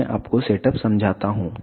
मैं आपको सेटअप समझाता हूं